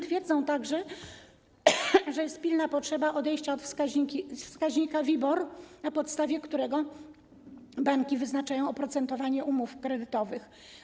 Twierdzą także, że jest pilna potrzeba odejścia od wskaźnika WIBOR, na podstawie którego banki wyznaczają oprocentowanie umów kredytowych.